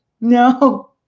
no